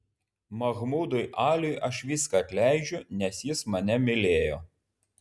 mahmudui aliui aš viską atleidžiu nes jis mane mylėjo